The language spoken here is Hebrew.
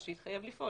שיתחייב לפעול,